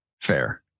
Fair